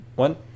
One